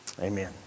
amen